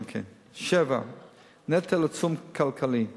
7. נטל עצום, כלכלי ורגשי,